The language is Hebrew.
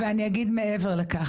ואני אגיד מעבר לכך,